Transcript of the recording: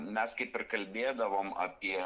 mes kaip ir kalbėdavom apie